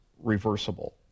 reversible